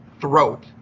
throat